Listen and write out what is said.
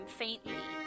faintly